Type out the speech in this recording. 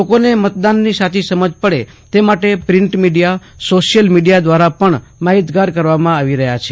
લોકોને મતદાનની સાચી સમજ પડે તે માટે પ્રિન્ટ મીડીયા સોશિયલ મીડીયા દ્વારા પણ માહિતગાર કરવામાં આવી રહ્યા છે